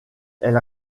elle